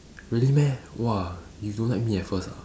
really meh !wah! you don't like me at first ah